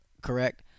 correct